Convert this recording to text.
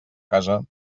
casa